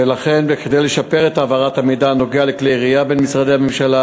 כדי לשפר את העברת המידע הנוגע לכלי ירייה בין משרדי הממשלה,